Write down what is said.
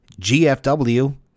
GFW